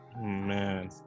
man